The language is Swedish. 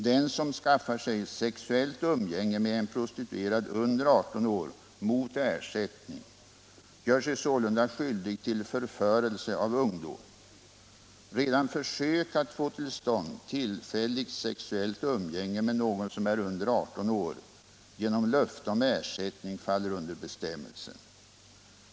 Den som skaffar sig sexuellt umgänge med en prostituerad under 18 år mot ersättning gör sig sålunda skyldig till förförelse av ungdom. Redan försök att få till stånd tillfälligt sexuellt umgänge med någon som är under 18 år genom löfte om ersättning faller under bestämmelsen.